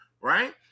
right